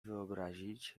wyobrazić